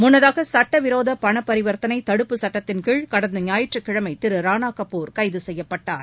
முன்னதாக சுட்டவிரோத பணபரிவர்த்தனை தடுப்பு சுட்டத்தின்கீழ் கடந்த ஞாயிற்றுக்கிழமை திரு ரானா கபூர் கைது செய்யப்பட்டார்